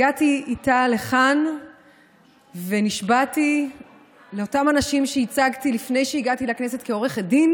הגעתי איתה לכאן ונשבעתי לאותם אנשים שייצגתי כעורכת דין